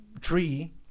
tree